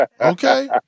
Okay